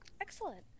Excellent